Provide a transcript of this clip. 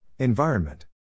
Environment